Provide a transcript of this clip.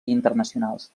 internacionals